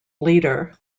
leader